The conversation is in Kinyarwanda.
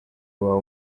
wawe